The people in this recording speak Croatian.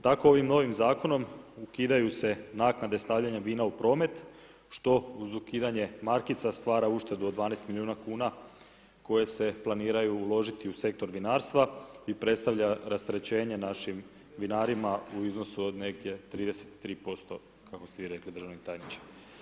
Tako ovim novim zakonom, ukidaju se naknade stavljanja vina u promet što uz ukidanje markica stvara uštedu od 12 milijuna kuna koje se planiraju uložiti u sektor vinarstva i predstavlja rasterećenje našim vinarima u iznosu od negdje 33% kako ste vi rekli, državni tajniče.